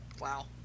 Wow